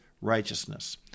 righteousness